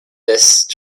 best